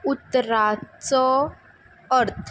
उतराचो अर्थ